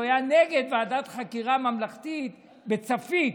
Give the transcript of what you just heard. הוא היה נגד ועדת חקירה ממלכתית בצפית,